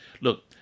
Look